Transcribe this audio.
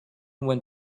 went